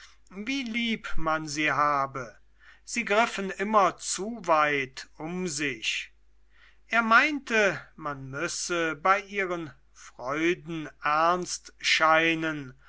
wie lieb man sie habe sie griffen immer zu weit um sich er meinte man müsse bei ihren freuden ernst scheinen